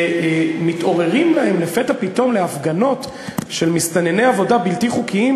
שמתעוררים להם לפתע פתאום להפגנות של מסתנני עבודה בלתי חוקיים